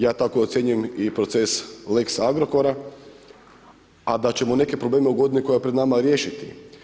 Ja tako ocjenjujem i proces lex Agrokora, a da ćemo neke probleme u godini koja je pred nama i riješiti.